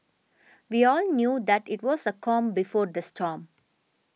we all knew that it was the calm before the storm